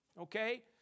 okay